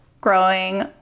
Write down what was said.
growing